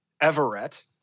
Everett